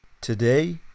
Today